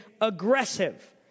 aggressive